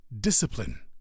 discipline